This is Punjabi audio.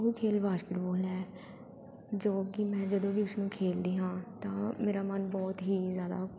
ਉਹ ਖੇਡ ਬਾਸਕਿਟਬੋਲ ਹੈ ਜੋ ਕਿ ਮੈਂ ਜਦੋਂ ਵੀ ਉਸ ਨੂੰ ਖੇਡਦੀ ਹਾਂ ਤਾਂ ਮੇਰਾ ਮਨ ਬਹੁਤ ਹੀ ਜ਼ਿਆਦਾ